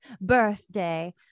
birthday